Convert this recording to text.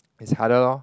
it's harder lor